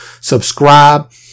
subscribe